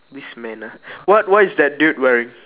this man ah what what is that dude wearing